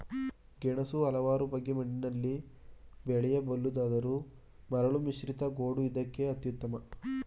ಗೆಣಸು ಹಲವಾರು ಬಗೆ ಮಣ್ಣುಗಳಲ್ಲಿ ಬೆಳೆಯಬಲ್ಲುದಾದರೂ ಮರಳುಮಿಶ್ರಿತ ಗೋಡು ಇದಕ್ಕೆ ಅತ್ಯುತ್ತಮ